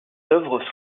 œuvres